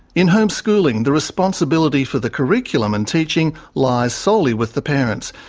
in homeschooling, the responsibility for the curriculum and teaching lies solely with the parents.